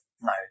No